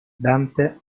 dante